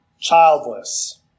childless